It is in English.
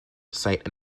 cite